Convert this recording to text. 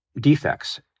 defects